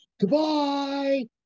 Goodbye